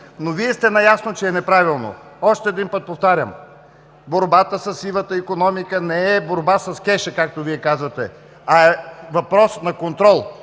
но Вие сте наясно, че е неправилно. Още веднъж повтарям, борбата със сивата икономика не е борба с кеша, както Вие казвате. Това е въпрос на контрол,